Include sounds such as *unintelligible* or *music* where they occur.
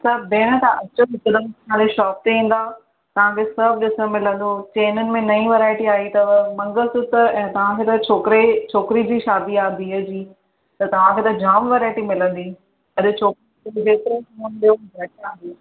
सभु भेण तव्हां अचो *unintelligible* असांजी शॉप ते ईंदव तव्हांखे सभु ॾिसण मिलंदो चैन में नईं वैराइटी आई अथव मंगल सूत्र ऐं तव्हांजे त छोकिरे छोकिरी जी शादी आहे धीअ जी त तव्हांखे त जाम वैराइटी मिलंदी अड़े छोकिरे खे जेतिरो मिलंदो घटि आहे